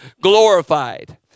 glorified